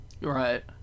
Right